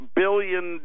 billion